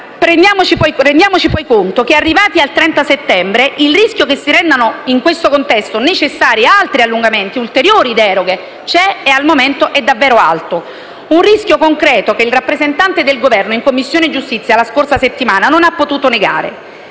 Rendiamoci conto che, arrivati al 30 settembre, il rischio che in questo contesto si rendano necessari altri allungamenti e ulteriori proroghe c'è e al momento è davvero alto; un rischio tanto concreto che il rappresentante del Governo in Commissione giustizia, la scorsa settimana, non lo ha potuto negare.